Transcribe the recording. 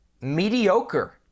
mediocre